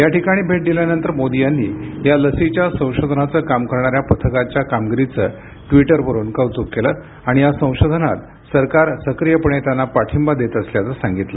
याठिकाणी भेट दिल्यानंतर मोदी यांनी या लसीच्या संशोधनाचं काम करणाऱ्या पथकाच्या कामगिरीचं कौतुक केलं आणि या संशोधनात सरकार सक्रियपणे त्यांना पाठिंबा देत असल्याचं सांगितलं